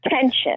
tension